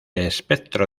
espectro